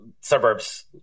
suburbs